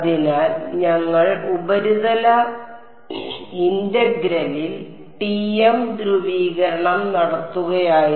അതിനാൽ ഞങ്ങൾ ഉപരിതല ഇന്റഗ്രലിൽ ടിഎം ധ്രുവീകരണം നടത്തുകയായിരുന്നു